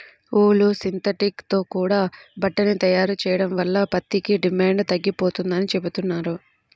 ఊలు, synthetic తో కూడా బట్టని తయారు చెయ్యడం వల్ల పత్తికి డిమాండు తగ్గిపోతందని చెబుతున్నారు